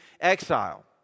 exile